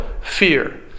fear